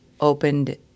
opened